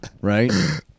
Right